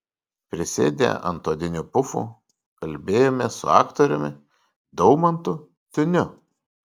prisėdę ant odinių pufų kalbėjomės su aktoriumi daumantu ciuniu